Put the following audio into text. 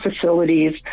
facilities